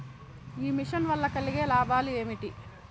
ఈ మిషన్ వల్ల కలిగే లాభాలు ఏమిటి?